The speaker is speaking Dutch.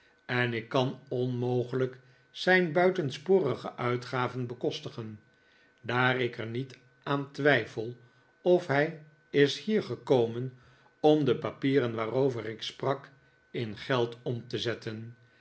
en ik kan onmogelijk zijn buitensporige uitgaven bekostigen daar ik er niet aan twijfel of hij is hier gekomen om de papieren waarover ik sprak in geld om te zetten